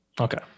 Okay